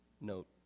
note